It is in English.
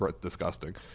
disgusting